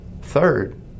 Third